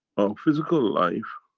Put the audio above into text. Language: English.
our physical life